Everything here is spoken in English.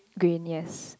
green yes